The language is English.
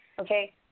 okay